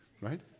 right